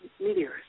meteors